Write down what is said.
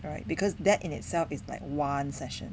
alright because that in itself is like one session